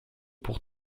pour